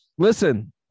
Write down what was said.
listen